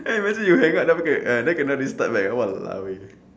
can't imagine you hang up then kena err then kena restart back !walao! eh